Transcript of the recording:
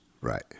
Right